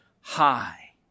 High